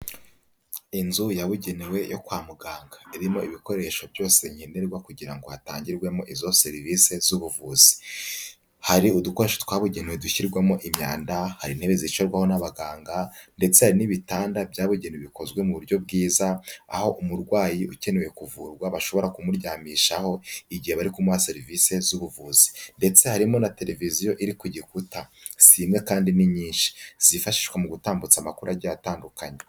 Inzu yabugenewe yo kwa muganga, irimo ibikoresho byose nkenederwa kugira ngo hatangirwemo izo serivisi z'ubuvuzi. Hari udukoresho twabugenewe dushyirwamo imyanda, hari intebe zicarwaho n'abaganga ndetse hari n'ibitanda byabugenewe bikozwe mu buryo bwiza, aho umurwayi ukeneye kuvurwa bashobora kumuryamishaho igihe bari kumuha serivisi z'ubuvuzi. Ndetse harimo na televiziyo iri ku gikuta, si imwe kandi ni nyinshi. Zifashishwa mu gutambutsa amakuru agiye atandukanye.